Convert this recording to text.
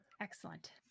Excellent